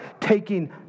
taking